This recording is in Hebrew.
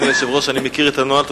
אדוני היושב-ראש, אני מכיר את הנוהל.